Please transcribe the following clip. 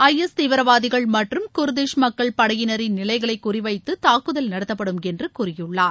ஐ S தீவிரவாதிகள் மற்றும் Kurdish மக்கள் படையினரின் நிலைகளை குறிவைத்து தாக்குதல் நடத்தப்படும் என்று கூறியுள்ளார்